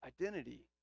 identity